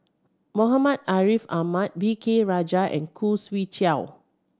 Muhammad Ariff Ahmad V K Rajah and Khoo Swee Chiow